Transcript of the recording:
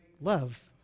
love